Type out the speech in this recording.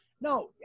No